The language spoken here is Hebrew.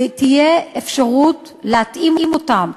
ותהיה אפשרות להתאים אותם.